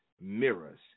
mirrors